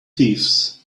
thieves